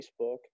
Facebook